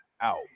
Out